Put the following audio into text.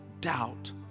doubt